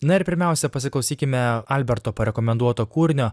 na ir pirmiausia pasiklausykime alberto parekomenduoto kūrinio